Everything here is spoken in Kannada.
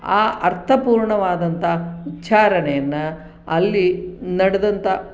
ಆ ಅರ್ಥ ಪೂರ್ಣವಾದಂತಹ ಉಚ್ಛಾರಣೆಯನ್ನು ಅಲ್ಲಿ ನಡೆದಂತ